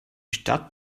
stadt